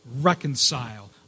reconcile